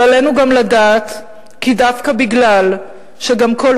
אבל עלינו גם לדעת כי דווקא משום שגם כל